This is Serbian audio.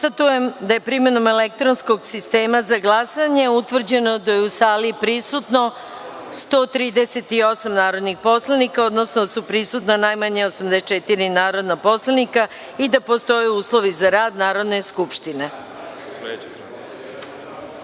da je, primenom elektronskog sistema za glasanje, utvrđeno da su u sali prisutna 138 narodna poslanika, odnosno da su prisutna najmanje 84 narodnih poslanika i da postoje uslovi za rad Narodne skupštine. Saglasno